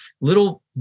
little